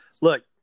look